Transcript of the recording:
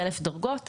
חלף דרגות.